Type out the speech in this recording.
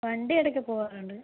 വണ്ടി ഇടയ്ക്ക് പോകാറുണ്ട്